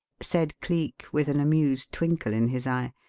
said cleek, with an amused twinkle in his eye.